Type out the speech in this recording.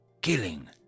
killing